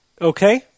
Okay